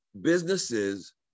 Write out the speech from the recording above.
businesses